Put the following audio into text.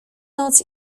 noc